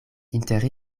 inter